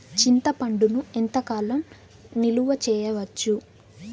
చింతపండును ఎంత కాలం నిలువ చేయవచ్చు?